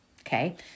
okay